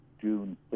June